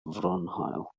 fronhaul